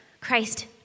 Christ